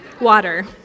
Water